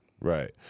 Right